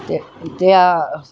ते त्या